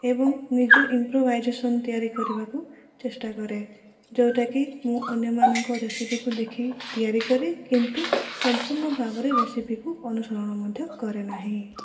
ଏବଂ ନିଜେ ଇମ୍ପ୍ରୋଭାଇଜେସନ ତିଆରି କରିବାକୁ ଚେଷ୍ଟା କରେ ଯେଉଁଟାକି ମୁଁ ଅନ୍ୟମାନଙ୍କ ରେସିପିକୁ ଦେଖି ତିଆରି କରେ କିନ୍ତୁ ସମ୍ପୂର୍ଣ୍ଣ ଭାବରେ ରେସିପିକୁ ଅନୁସରଣ ମଧ୍ୟ କରେ ନାହିଁ